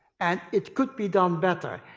and it could be done better.